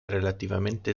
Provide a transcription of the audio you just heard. relativamente